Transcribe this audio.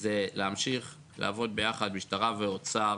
זה להמשיך לעבוד ביחד משטרה ואוצר